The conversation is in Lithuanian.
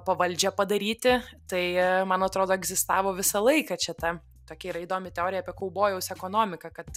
pavaldžią padaryti tai man atrodo egzistavo visą laiką čia ta tokia yra įdomi teorija apie kaubojaus ekonomiką kad